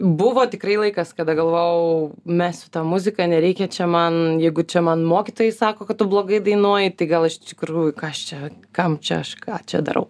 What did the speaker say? buvo tikrai laikas kada galvojau mesiu tą muziką nereikia čia man jeigu čia man mokytojai sako kad tu blogai dainuoji tai gal iš tikrųjų ką aš čia kam čia aš ką čia darau